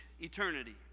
eternity